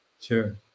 Sure